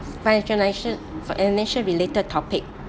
finalisation financial related topic